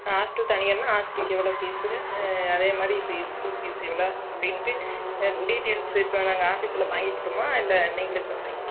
hostel தனியானால் ஹாஸ்ட்டலுக்கு எவ்வளோ பீஸு ஆ அதே மாதிரி ஸ்கூல் பீஸ் எவ்வளோ அப்படின்ட்டு டீடெயில்ஸ் இப்போ நாங்கள் ஆபீஸ்சில் வாங்கிகிட்டுமா இல்லை நீங்களே சொல்கிறீங்களா